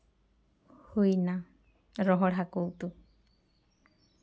ᱦᱩᱭᱱᱟ ᱨᱚᱦᱚᱲ ᱦᱟᱹᱠᱩ ᱩᱛᱩ